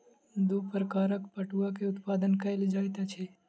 दू प्रकारक पटुआ के उत्पादन कयल जाइत अछि